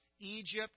Egypt